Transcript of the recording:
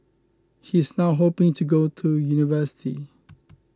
he is now hoping to go to university